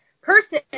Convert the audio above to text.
person